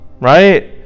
right